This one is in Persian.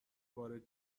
وارد